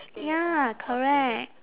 ya correct